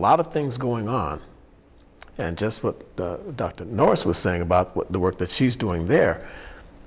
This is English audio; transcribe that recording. lot of things going on and just what dr nourse was saying about the work that she's doing there